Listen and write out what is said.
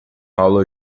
aula